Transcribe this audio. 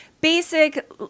basic